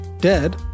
Dead